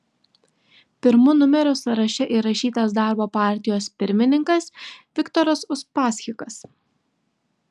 pirmu numeriu sąraše įrašytas darbo partijos pirmininkas viktoras uspaskichas